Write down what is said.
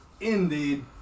indeed